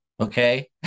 okay